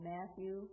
Matthew